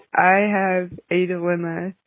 i have a dilemma.